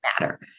matter